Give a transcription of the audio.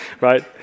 right